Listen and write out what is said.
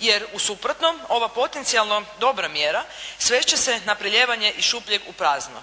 jer u suprotnom ova potencijalno dobra mjera svesti će se na prelijevanje iz šupljeg u prazno.